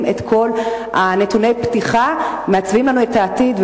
את כל נתוני הפתיחה מעצבת לנו את העתיד,